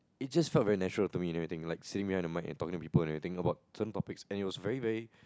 it just felt very natural to me and everything like sitting behind the mic and talking to people and everything about certain topics and it was very very